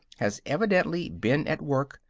has evidently been at work,